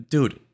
Dude